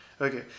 okay